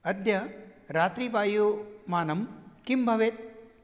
अद्य रात्रिवायुमानं किं भवेत्